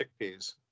chickpeas